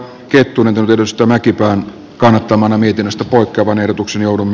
kettunen tutustui mäkipään kannattamana mietinnöstä tuottavan ehdotuksen joudun